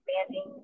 expanding